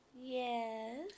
Yes